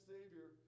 Savior